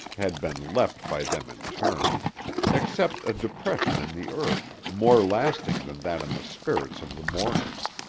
had been left by them in turn except a depression in the earth, more lasting than that in the spirits of the mourners.